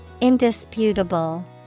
indisputable